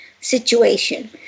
situation